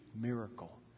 miracle